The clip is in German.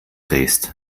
drehst